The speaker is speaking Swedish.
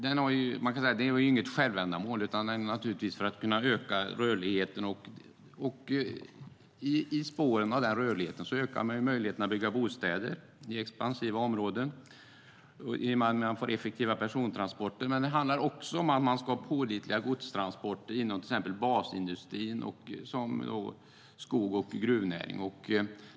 Den är inget självändamål utan finns för att öka rörligheten. I spåren av rörligheten ökas möjligheten att bygga bostäder i expansiva områden tack vare effektiva persontransporter. Det handlar också om att det ska finnas pålitliga godstransporter för till exempel basindustrin, skogs och gruvnäringen.